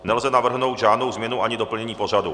Nelze navrhnout žádnou změnu ani doplnění pořadu.